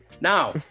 now